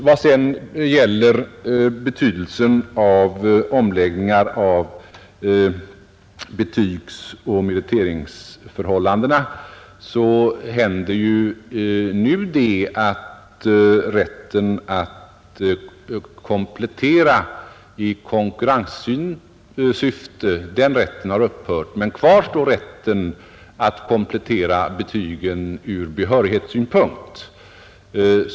Vad sedan gäller omläggningarna av betygsoch meritförhållandena är det så att rätten att komplettera i konkurrenssyfte har upphört. Men kvar står rätten att komplettera betygen ur behörighetssynpunkt.